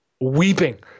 weeping